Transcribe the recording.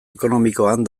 ekonomikoan